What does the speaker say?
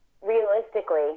realistically